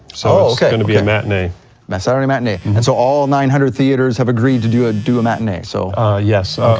so it's gonna be a matinee. a saturday matinee, and so all nine hundred theaters have agreed to do ah do a matinee, so yes,